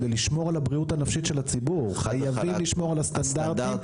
כדי לשמור על הבריאות הנפשית של הציבור חייבים לשמור על הסטנדרטים.